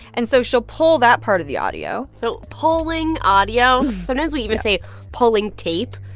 and so she'll pull that part of the audio so pulling audio sometimes, we even say pulling tape,